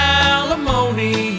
alimony